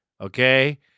Okay